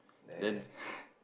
then